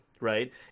right